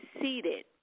seated